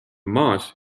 maas